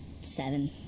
Seven